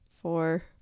four